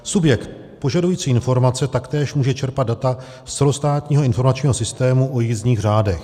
Subjekt požadující informace taktéž může čerpat data z celostátního informačního systému o jízdních řádech.